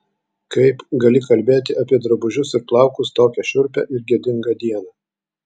kaip gali kalbėti apie drabužius ir plaukus tokią šiurpią ir gėdingą dieną